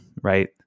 right